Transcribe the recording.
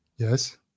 Yes